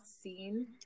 seen